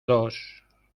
dos